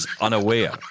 unaware